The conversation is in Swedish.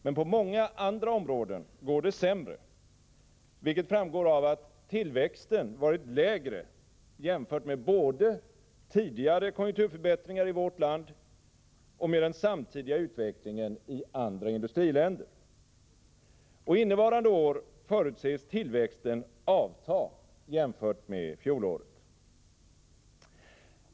Men på många andra områden går det sämre, vilket framgår av att tillväxten varit lägre jämfört med både tidigare konjunkturförbättringar i vårt land och med den samtidiga utvecklingen i andra industriländer. Och innevarande år förutses tillväxten avta jämfört med fjolåret.